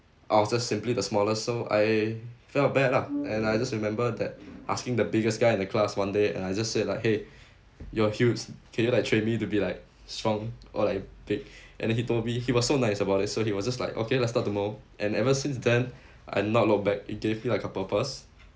I was just simply the smallest so I felt bad lah and I just remember that asking the biggest guy in the class one day and I just said like !hey! you're huge can you like train me to be like strong or like big and then he told me he was so nice about it so he was just like okay let's start tomorrow and ever since then I not look back it gave me like a purpose